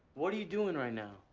what are you doing right now?